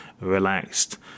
relaxed